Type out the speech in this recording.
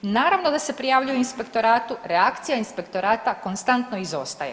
Naravno da se prijavljuje Inspektoratu, reakcija Inspektorata konstantno izostaje.